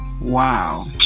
Wow